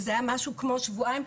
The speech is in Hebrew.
וזה היה משהו כמו שבועיים,